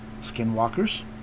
skinwalkers